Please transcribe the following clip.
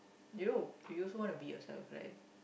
you know you also want to be yourself right